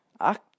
Act